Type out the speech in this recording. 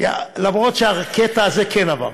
למרות שהקטע הזה כן עבר,